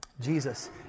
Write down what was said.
Jesus